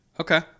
Okay